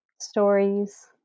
stories